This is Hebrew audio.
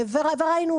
וראינו.